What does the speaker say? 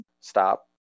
stop